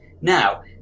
Now